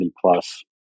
plus